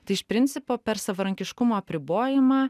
tai iš principo per savarankiškumo apribojimą